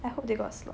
I hope they got slot